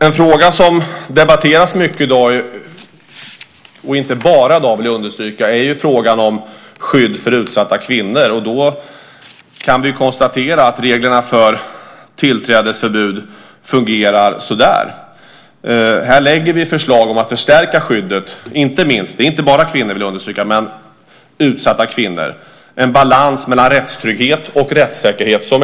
En fråga som debatteras mycket i dag - och inte bara i dag vill jag understryka - är den om skydd för utsatta kvinnor. Vi kan konstatera att reglerna för tillträdesförbud fungerar sådär. Här lägger vi fram förslag om att förstärka skyddet. Jag vill dock understryka att det inte enbart gäller utsatta kvinnor. Det ska finnas en tydlig balans mellan rättstrygghet och rättssäkerhet.